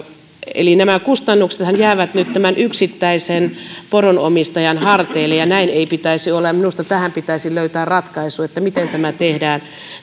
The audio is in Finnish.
nämä kustannuksethan jäävät nyt yksittäisen poronomistajan harteille ja näin ei pitäisi olla minusta tähän pitäisi löytää ratkaisu miten tämä tehdään